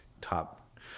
top